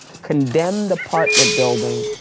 condemned apartment building,